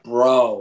Bro